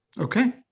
Okay